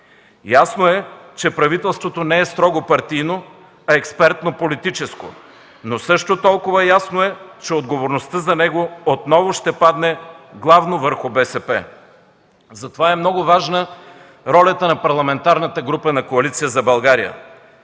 Ясно е, че правителството не е строго партийно, а е експертно- политическо. Същото толкова ясно е, че отговорността за него отново ще падне главно върху БСП. Затова е много важна ролята на Парламентарната група на Коалиция за България.